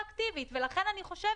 לא.